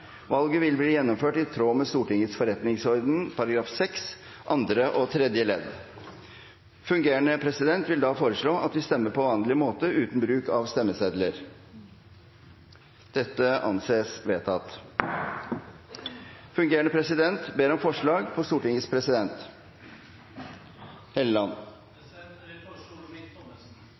Valget vil bli gjennomført i tråd med Stortingets forretningsorden § 6, andre og tredje ledd. Fungerende president vil da foreslå at vi stemmer på vanlig måte, uten bruk av stemmesedler. Fungerende president ber om forslag på Stortingets president.